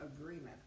agreement